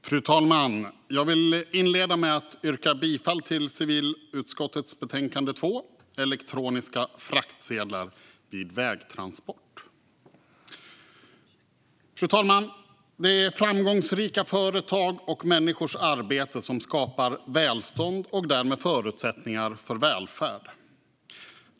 Fru talman! Jag vill inleda med att yrka bifall till förslaget i civilutskottets betänkande 2 Elektroniska fraktsedlar vid vägtransport . Fru talman! Det är framgångsrika företag och människors arbete som skapar välstånd och därmed förutsättningar för välfärd.